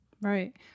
Right